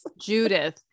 Judith